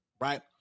right